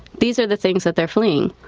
these are the things that they're fleeing.